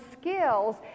skills